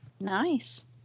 Nice